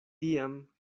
tiam